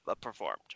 performed